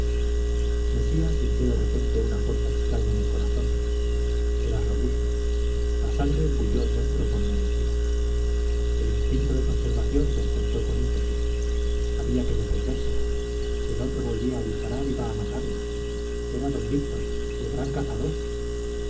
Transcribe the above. mesía sintió de repente una fuerza extraña en el corazón era robusto la sangre bulló dentro con energía el instinto de conservación despertó con ímpetu había que defenderse si el otro volvía a disparar iba a matarle era don víctor el gran cazador